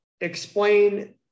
explain